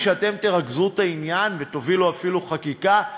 שאתם תרכזו את העניין ותובילו אפילו חקיקה.